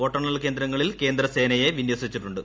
വോട്ടെണ്ണൽ കേന്ദ്രങ്ങളിൽ കേന്ദ്രസേനയെ വിന്യസിച്ചിട്ടുണ്ട്